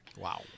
Wow